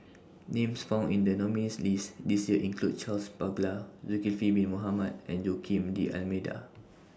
Names found in The nominees' list This Year include Charles Paglar Zulkifli Bin Mohamed and Joaquim D'almeida